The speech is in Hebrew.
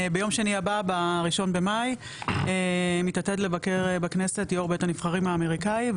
ביום שני הבא ב- 1 במאי מתעתד לבקר בכנסת יו"ר בית הנבחרים האמריקאי,